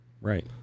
right